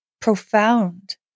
profound